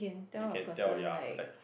you can tell ya like